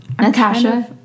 Natasha